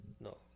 No